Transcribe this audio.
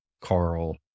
Carl